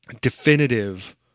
definitive